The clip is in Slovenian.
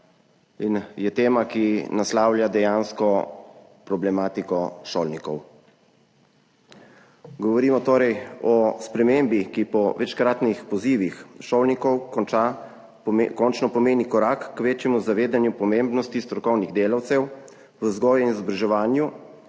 in je tema, ki naslavlja dejansko problematiko šolnikov. Govorimo torej o spremembi, ki po večkratnih pozivih šolnikov, končno pomeni korak k večjemu zavedanju pomembnosti strokovnih delavcev v vzgoji in izobraževanju,